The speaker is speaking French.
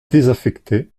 désaffecté